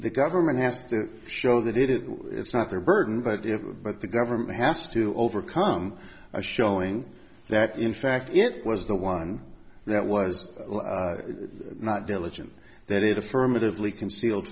the government has to show that it is it's not their burden but if but the government has to overcome by showing that in fact it was the one that was not diligent that it affirmatively concealed